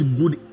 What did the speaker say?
good